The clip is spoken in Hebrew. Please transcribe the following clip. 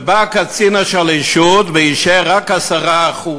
ובא קצין השלישות ואישר רק 10%,